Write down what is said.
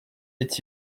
est